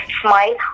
smile